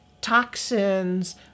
toxins